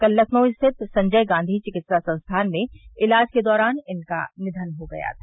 कल लखनऊ स्थित संजय गांधी चिकित्सा संस्थान में इलाज के दौरान इनका निधन हो गया था